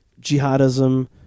jihadism